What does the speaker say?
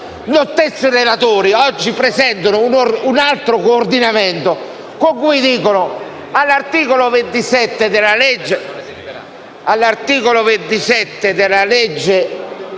gli stessi relatori oggi presentano un altra proposta di coordinamento, in cui dicono che all'articolo 27 della legge